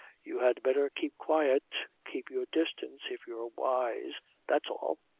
you had better keep quiet, keep your distance, if you're wise that's all.